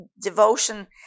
devotion